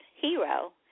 hero